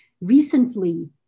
Recently